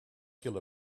kill